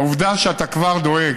העובדה שאתה כבר דואג,